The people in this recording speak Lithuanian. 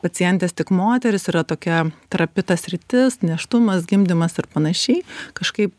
pacientės tik moterys yra tokia trapi ta sritis nėštumas gimdymas ir panašiai kažkaip